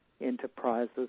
enterprises